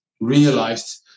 realized